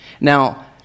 Now